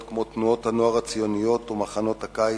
כמו תנועות הנוער הציוניות ומחנות הקיץ,